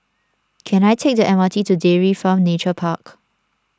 can I take the M R T to Dairy Farm Nature Park